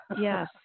Yes